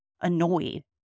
annoyed